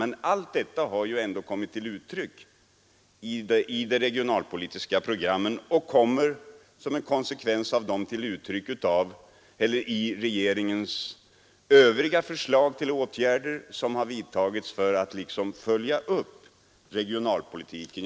Men allt detta har ju ändå kommit till uttryck i de regionalpolitiska programmen och kommer, som en konsekvens av dem, till uttryck i regeringens övriga förslag till åtgärder för att följa upp regionalpolitiken.